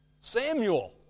Samuel